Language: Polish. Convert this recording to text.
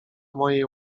mojej